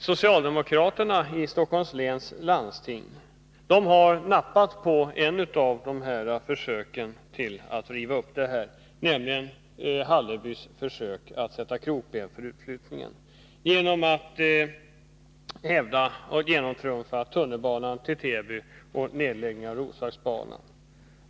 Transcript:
Socialdemokraterna i Stockholms läns landsting har nappat på ett av försöken att riva upp beslutet, nämligen Hallerbys försök att sätta krokben för utflyttningen genom att genomtrumfa tunnelbanan till Täby och nedläggningen av Roslagsbanan.